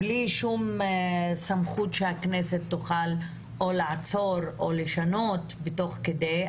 בלי שום סמכות לפיה הכנסת תוכל או לעצור או לשנות תוך כדי.